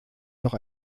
noch